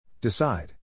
Decide